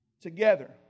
together